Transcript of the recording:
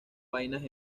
vainas